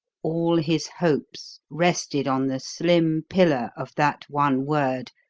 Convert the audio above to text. all his hopes rested on the slim pillar of that one word,